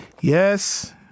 Yes